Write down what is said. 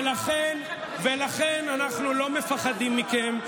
ולכן, אנחנו לא מפחדים מכם.